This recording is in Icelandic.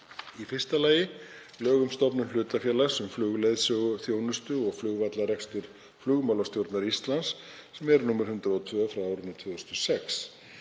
Í fyrsta lagi lög um stofnun hlutafélags um flugleiðsöguþjónustu og flugvallarekstur Flugmálastjórnar Íslands, nr. 102/2006.